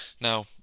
Now